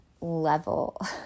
level